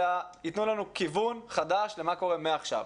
אלא יתנו לנו כיוון חדש למה קורה מעכשיו.